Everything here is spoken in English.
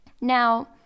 Now